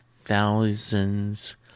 thousands